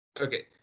Okay